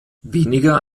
weniger